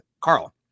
Carl